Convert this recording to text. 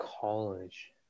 college